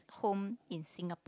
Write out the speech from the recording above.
home in Singapore